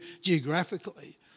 geographically